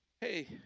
hey